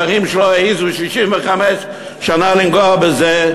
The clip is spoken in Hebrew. דברים שלא העזו 65 שנה לנגוע בהם,